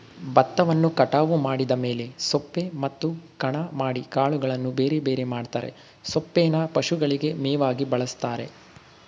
ಬತ್ತವನ್ನು ಕಟಾವು ಮಾಡಿದ ಮೇಲೆ ಸೊಪ್ಪೆ ಮತ್ತು ಕಣ ಮಾಡಿ ಕಾಳುಗಳನ್ನು ಬೇರೆಬೇರೆ ಮಾಡ್ತರೆ ಸೊಪ್ಪೇನ ಪಶುಗಳಿಗೆ ಮೇವಾಗಿ ಬಳಸ್ತಾರೆ